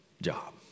job